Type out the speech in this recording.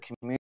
community